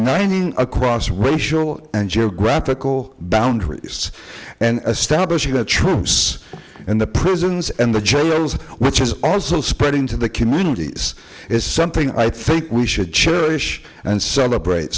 nineteen across racial and jail graphical boundaries and a stamp issue the troops and the prisons and the jails which is also spreading to the communities is something i think we should cherish and celebrate